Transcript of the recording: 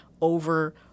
over